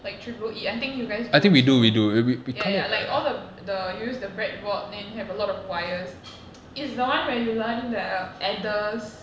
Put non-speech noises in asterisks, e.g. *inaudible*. like triple E I think you guys do also ya ya like all the the you use the brat board then have a lot of wires *noise* it's the one where you learn the adders